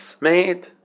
made